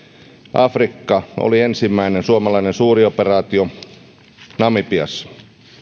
afrikassa namibia oli ensimmäinen suomalainen suuri operaatio